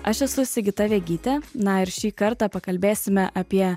aš esu sigita vegytė na ir šį kartą pakalbėsime apie